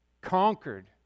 conquered